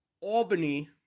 Albany